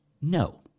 No